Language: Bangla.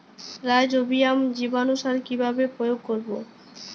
রাইজোবিয়াম জীবানুসার কিভাবে প্রয়োগ করব?